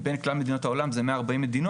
מבין כלל מדינות העולם זה 140 מדינות,